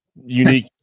unique